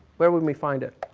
where would we find it?